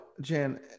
Jan